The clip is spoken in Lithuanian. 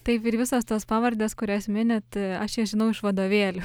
taip ir visos tos pavardės kurias minit aš jas žinau iš vadovėlių